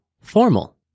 formal